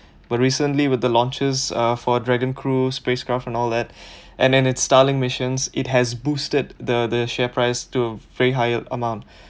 but recently with the launches uh for dragon crew spacecraft and all that and then its starlink missions it has boosted the the share price to way higher amount